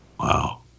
Wow